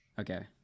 Okay